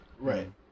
Right